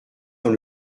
dans